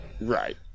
Right